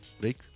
Break